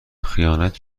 خیانت